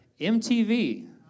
MTV